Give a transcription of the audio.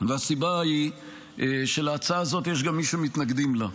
והסיבה היא שלהצעה הזאת, יש גם מי שמתנגדים לה.